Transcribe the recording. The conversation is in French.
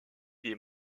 des